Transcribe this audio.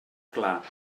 clar